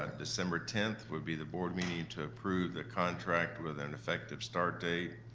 um december ten would be the board meeting to approve the contract with an an effective start date,